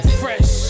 fresh